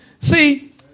See